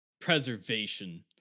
preservation